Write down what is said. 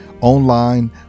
online